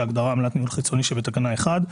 להגדרה "עמלת ניהול חיצוני" שבתקנה 1,